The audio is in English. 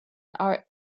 are